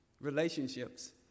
relationships